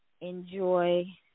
Enjoy